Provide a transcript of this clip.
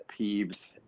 peeves